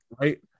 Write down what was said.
Right